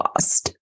lost